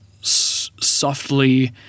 softly